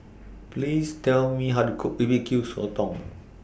Please Tell Me How to Cook B B Q Sotong